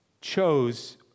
chose